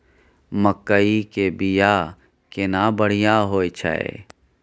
मकई के बीया केना बढ़िया होय छै?